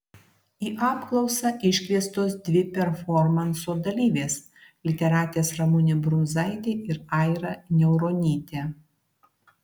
į apklausą iškviestos dvi performanso dalyvės literatės ramunė brunzaitė ir aira niauronytė